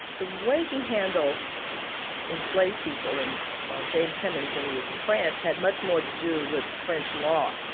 the way he handled enslaved people and or james hemings, when he was in france had much more to do with french law,